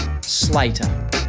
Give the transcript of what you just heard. Slater